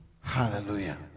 hallelujah